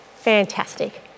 fantastic